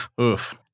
Oof